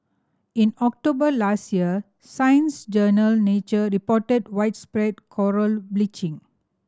in October last year science journal Nature reported widespread coral bleaching